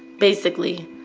basically.